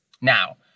Now